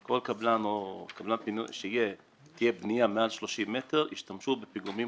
כל בניין שיבנו מעל 30 מטר ישתמשו בפיגומים